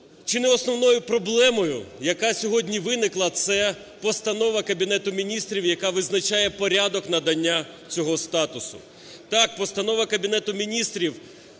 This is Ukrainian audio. Чи не основною проблемою, яка сьогодні виникла – це Постанова Кабінету Міністрів, яка визначає порядок надання цього статусу. Так, постанова Кабінету Міністрів